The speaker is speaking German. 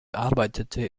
arbeitete